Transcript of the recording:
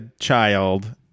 child